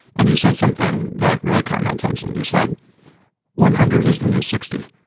and you said something that really caught my attention. you said one hundred is the new sixty.